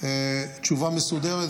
תשובה מסודרת,